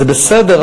זה בסדר,